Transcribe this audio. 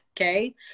Okay